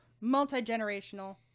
multi-generational –